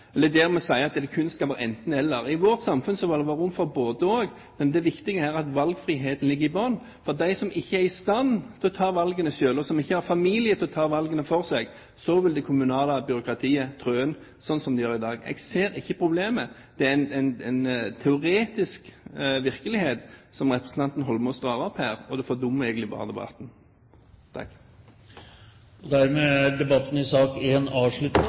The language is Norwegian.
eller der vi sier at det kun skal være enten–eller. I vårt samfunn skal det være rom for både–og. Det viktige her er at valgfriheten ligger i bunn. For dem som ikke er i stand til å ta valgene selv, og som ikke har familie til å ta valgene for seg, vil det kommunale byråkratiet trå inn, slik det gjør i dag. Jeg ser ikke problemet. Det er en teoretisk virkelighet representanten Holmås drar opp her, og det fordummer egentlig bare debatten. Flere har ikke bedt om ordet til sak